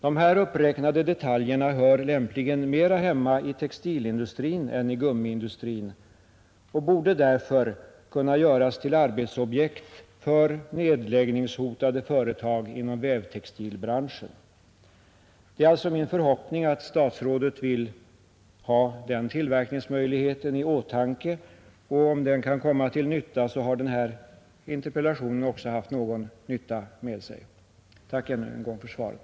De här uppräknade detaljerna hör lämpligen mera hemma i textilindustrin än i gummiindustrin och borde därför kunna göras till arbetsobjekt för nedläggningshotade företag inom vävtextilbranschen. Det är min förhoppning att statsrådet vill ha den tillverkningsmöjligheten i åtanke, och om så blir fallet har den här interpellationen kanske haft någon nytta med sig. Tack ännu en gång för svaret.